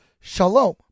Shalom